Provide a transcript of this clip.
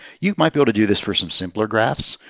you might able to do this for some simpler graphs